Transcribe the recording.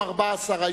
מ/418,